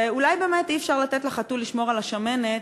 ואולי באמת אי-אפשר לתת לחתול לשמור על השמנת,